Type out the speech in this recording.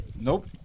nope